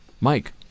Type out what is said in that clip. Mike